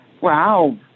Wow